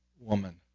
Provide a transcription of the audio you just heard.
woman